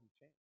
change